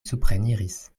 supreniris